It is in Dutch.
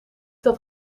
dat